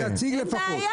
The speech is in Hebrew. תני לנו להציג לפחות.